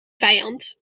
vijand